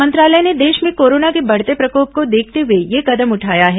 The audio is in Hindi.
मंत्रालय ने देश में कोरोना के बढ़ते प्रकोप को देखते हुए ये कदम उठाया है